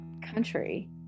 country